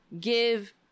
give